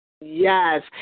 Yes